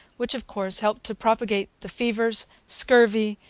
which, of course, helped to propagate the fevers, scurvy,